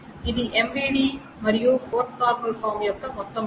ఇది MVD మరియు 4NF యొక్క మొత్తం విషయం